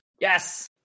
Yes